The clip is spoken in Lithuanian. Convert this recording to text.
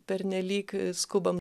pernelyg skubam